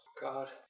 God